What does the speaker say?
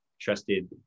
trusted